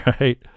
right